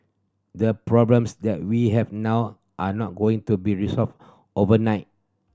the problems that we have now are not going to be resolved overnight